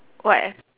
what